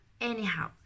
anyhow